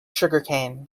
sugarcane